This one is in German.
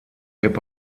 hip